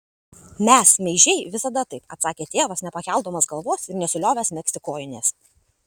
mes meižiai visada taip atsakė tėvas nepakeldamas galvos ir nesiliovęs megzti kojinės